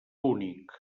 únic